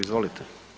Izvolite.